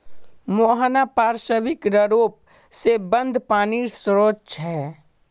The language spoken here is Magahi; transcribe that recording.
मुहाना पार्श्विक र्रोप से बंद पानीर श्रोत छे